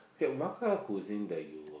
kay what kind of cuisine that you